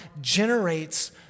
generates